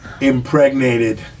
impregnated